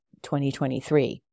2023